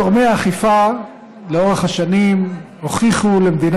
גורמי האכיפה הוכיחו לאורך השנים למדינת